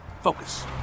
Focus